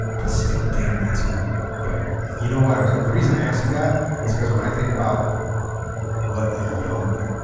but still damn that's young but you know why i was um the reason i ask you that is because when i think about what a young